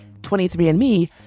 23andMe